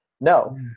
No